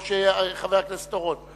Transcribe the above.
או חבר הכנסת אורון?